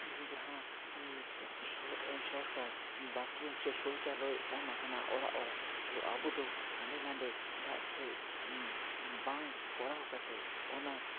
ᱡᱟᱦᱟᱸ ᱥᱚᱨᱠᱟᱨ ᱵᱟᱫᱽᱨᱩᱢ ᱥᱮ ᱥᱳᱣᱪᱟᱞᱚᱭ ᱮᱢ ᱟᱠᱟᱱᱟ ᱚᱲᱟᱜ ᱚᱲᱟᱜ ᱛᱚ ᱟᱵᱚᱫᱚ ᱦᱟᱸᱰᱮ ᱱᱟᱰᱮ ᱫᱟᱜ ᱥᱮᱡ ᱵᱟᱝ ᱠᱚᱨᱟᱣ ᱠᱟᱛᱮ ᱚᱱᱟ